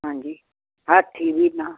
ਹਾਂਜੀ ਹਾਥੀ ਵੀ ਨ